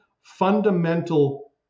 fundamental